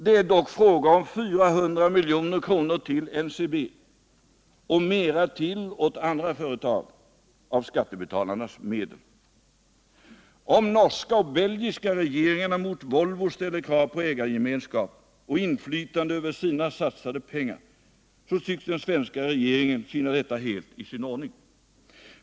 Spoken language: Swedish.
Det är dock fråga om 400 milj.kr. till NCB och ännu mer till andra företag, och detta av skattebetalarnas medel. Om den norska och den belgiska regeringen mot Volvo ställer krav på ägargemenskap och inflytande över sina satsade pengar, tycks den svenska regeringen finna detta helt i sin ordning.